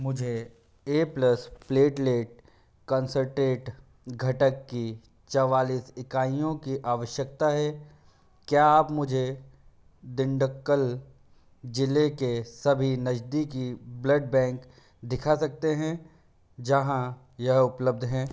मुझे A plus platelet concentrate घटक की चंवालीस इकाइयों की आवश्यकता है क्या आप मुझे दिंडक्कल ज़िले के सभी नज़दीकी ब्लड बैंक दिखा सकते हैं जहाँ यह उपलब्ध है